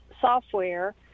software